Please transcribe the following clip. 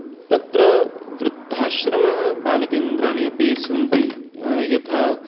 तत्र वृद्धाश्रमः बालकेन्द्राणि अपि सन्ति यथा